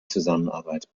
zusammenarbeit